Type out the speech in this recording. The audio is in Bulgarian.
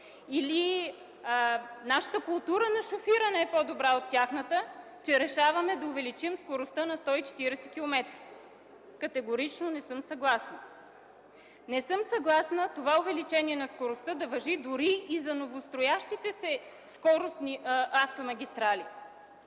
Нашата култура на шофиране ли е по-добра от тяхната, че решаваме да увеличим скоростта на шофиране на 140 км?! Категорично не съм съгласна. Не съм съгласна това увеличение на скоростта да важи дори за новостроящите се скоростни автомагистрали.